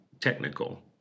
technical